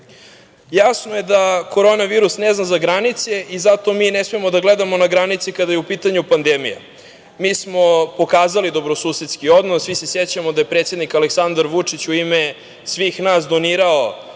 više. Jasno je da korona virus ne zna za granice i zato mi ne smemo da gledamo na granice kada je u pitanju pandemija. Mi smo pokazali dobrosusedski odnos. Svi se sećamo da je predsednik Aleksandar Vučić u ime svih nas donirao,